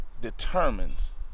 determines